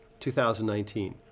2019